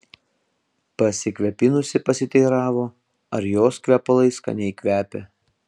pasikvėpinusi pasiteiravo ar jos kvepalai skaniai kvepią